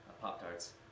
Pop-tarts